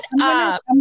up